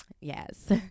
yes